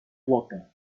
flota